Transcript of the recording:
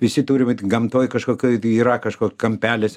visi turi vat gamtoj kažkokioj tai yra kažkoks kampelis